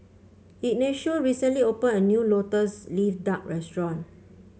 Ignacio recently opened a new lotus leaf duck restaurant